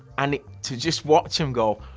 and to just watch him go,